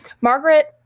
Margaret